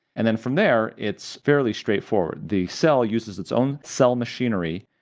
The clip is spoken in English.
and then from there, it's fairly straightforward. the cell uses its own cell machinery,